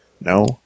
No